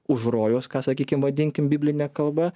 už rojaus ką sakykim vadinkim bibline kalba